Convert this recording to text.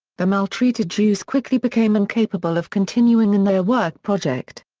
the maltreated jews quickly became incapable of continuing in their work project.